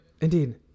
Indeed